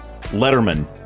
Letterman